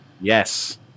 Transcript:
Yes